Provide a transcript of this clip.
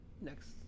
next